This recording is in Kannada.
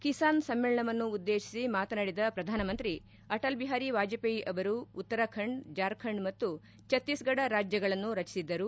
ಕಿಸಾನ್ ಸಮ್ಮೇಳನವನ್ನು ಉದ್ಲೇಶಿಸಿ ಮಾತನಾಡಿದ ಪ್ರಧಾನಮಂತ್ರಿ ಆಟಲ್ ಬಿಹಾರಿ ವಾಜಪೇಯಿ ಅವರು ಉತ್ತಾರಖಂಡ ಜಾರ್ಖಂಡ್ ಮತ್ತು ಛತ್ತೀಸ್ಘಡ ರಾಜ್ಯಗಳನ್ನು ರಚಿಸಿದ್ದರು